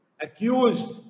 accused